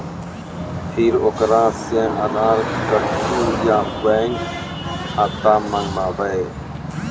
फिर ओकरा से आधार कद्दू या बैंक खाता माँगबै?